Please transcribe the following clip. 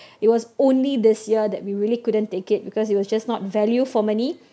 it was only this year that we really couldn't take it because it was just not value for money